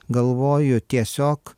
galvoju tiesiog